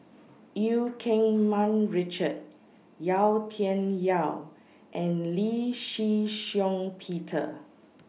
EU Keng Mun Richard Yau Tian Yau and Lee Shih Shiong Peter